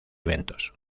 eventos